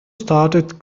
started